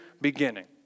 beginning